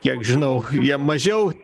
kiek žinau jie mažiau